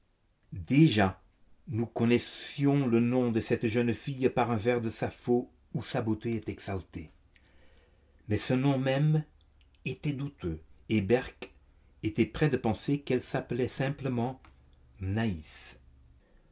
déjà nous connaissions le nom de cette jeune fille par un vers de sapphô où sa beauté est exaltée mais ce nom même était douteux et bergk était près de penser qu'elle s'appelait simplement mnaïs